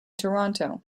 toronto